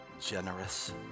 generous